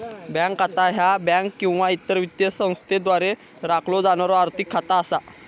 bank खाता ह्या bank किंवा इतर वित्तीय संस्थेद्वारा राखलो जाणारो आर्थिक खाता असता